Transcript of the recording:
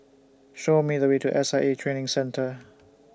Show Me The Way to S I A Training Center